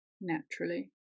naturally